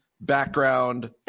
background